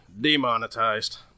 demonetized